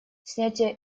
снятие